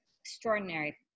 Extraordinary